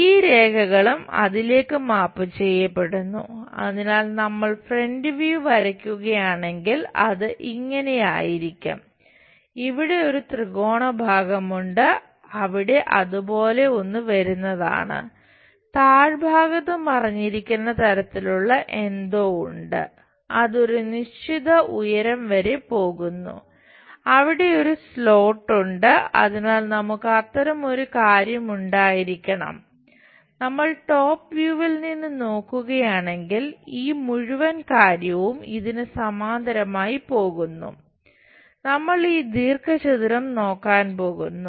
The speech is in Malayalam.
ഈ രേഖകളും അതിലേക്ക് മാപ്പ് നിന്ന് നോക്കുകയാണെങ്കിൽ ഈ മുഴുവൻ കാര്യവും ഇതിന് സമാന്തരമായി പോകുന്നു നമ്മൾ ഈ ദീർഘചതുരം നോക്കാൻ പോകുന്നു